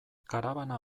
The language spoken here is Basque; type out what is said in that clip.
karabana